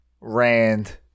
Rand